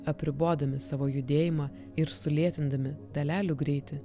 apribodami savo judėjimą ir sulėtindami dalelių greitį